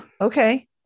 Okay